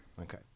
okay